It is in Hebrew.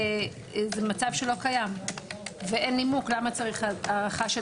זה מצב שלא קיים ואין נימוק למה צריך הערכה של